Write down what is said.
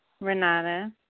Renata